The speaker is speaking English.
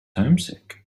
homesick